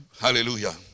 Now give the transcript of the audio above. Hallelujah